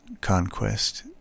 conquest